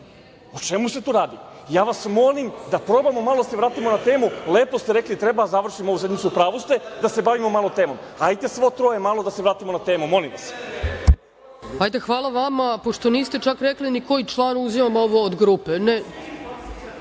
O čemu se tu radi? Ja vas molim da probamo malo da se vratimo na temu. Lepo ste rekli treba da završimo ovu sednicu, u pravu ste, da se bavimo malo temom. Hajte svo troje malo da se vratimo na temu, molim vas. **Ana Brnabić** Hvala vama. Pošto niste čak rekli ni koji član, uzimam ovo od grupe.(Filip